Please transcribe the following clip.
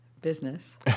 business